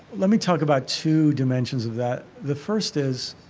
let me talk about two dimensions of that. the first is